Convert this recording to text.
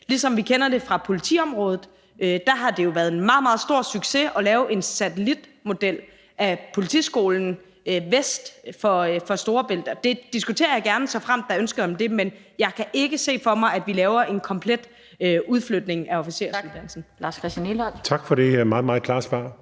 ligesom vi kender det fra politiområdet. Der har det jo været en meget, meget stor succes at lave en satellitmodel af politiskolen vest for Storebælt. Det diskuterer jeg gerne, såfremt der er ønske om det, men jeg kan ikke se for mig, at vi laver en komplet udflytning af officersuddannelsen. Kl. 16:09 Den fg. formand